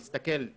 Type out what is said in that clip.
להסתכל,